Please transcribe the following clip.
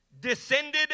descended